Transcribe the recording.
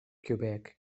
quebec